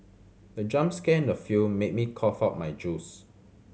the jump scare in the film made me cough out my juice